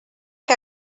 que